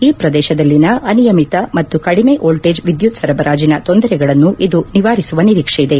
ಈ ಪ್ರದೇಶದಲ್ಲಿನ ಅನಿಯಮಿತ ಮತ್ತು ಕಡಿಮೆ ವೋಲ್ಲೇಜ್ ವಿದ್ನುತ್ ಸರಬರಾಜಿನ ತೊಂದರೆಗಳನ್ನು ಇದು ನಿವಾರಿಸುವ ನಿರೀಕ್ಷೆ ಇದೆ